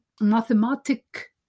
mathematic